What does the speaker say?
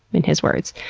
in his words.